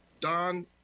Don